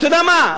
אתה יודע מה,